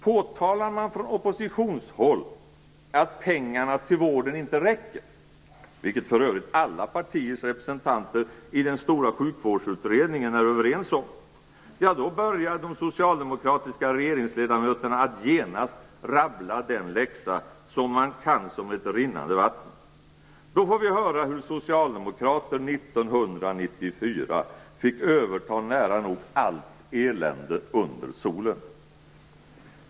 Påtalar man från oppositionshåll att pengarna till vården inte räcker, vilket för övrigt alla partiers representanter i den stora sjukvårdsutredningen är överens om, då börjar de socialdemokratiska regeringsledamöterna genast att rabbla den läxa som de kan som ett rinnande vatten. Då får vi höra hur Socialdemokraterna 1994 fick överta nära nog allt elände under solen.